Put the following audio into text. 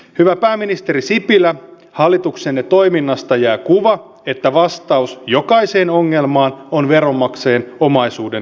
hyvä pääministeri sipilä hallituksenne toiminnasta jää kuva että vastaus jokaiseen ongelmaan on veronmaksajien omaisuuden yhtiöittäminen